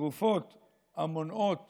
תרופות מונעות